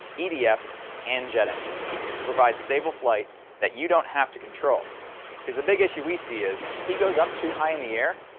etfs and jet engines to provide stable flight that you don't have to control because the big issue we see is if he goes up too high in the air,